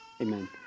Amen